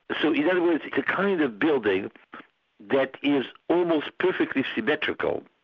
so in other words it's a kind of building that is almost perfectly symmetrical